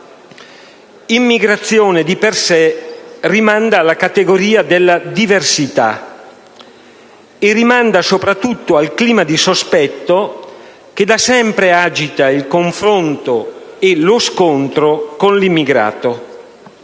immigrazione, di per sé, rimanda alla categoria della diversità e, soprattutto, al clima di sospetto che da sempre agita il confronto e lo scontro con l'immigrato,